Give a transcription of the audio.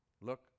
Look